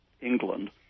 England